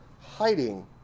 hiding